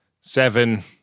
Seven